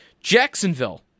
Jacksonville